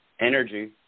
energy